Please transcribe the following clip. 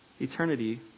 Eternity